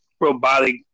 robotic